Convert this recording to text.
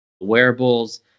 wearables